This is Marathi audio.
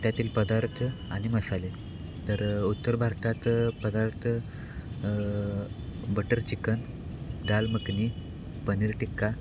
त्यातील पदार्थ आणि मसाले तर उत्तर भारतात पदार्थ बटर चिकन दाल मखनी पनीर टिक्का